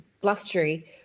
blustery